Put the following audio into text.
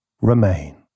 remain